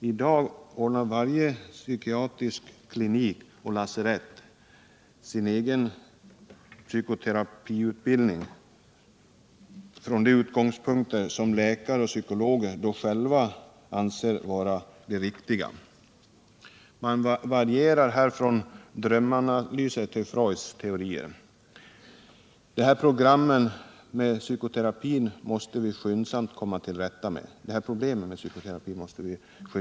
I dag ordnar varje psykiatrisk klinik och lasarett sin egen psykoterapiutbildning från de utgångspunkter som läkare och psykologer själva anser vara de riktiga. Man varierar från drömanalyser till Freuds teorier. De här problemen med psykoterapin måste viskyndsamt komma till rätta med.